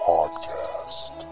Podcast